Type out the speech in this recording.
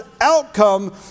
outcome